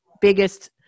biggest